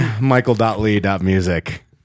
michael.lee.music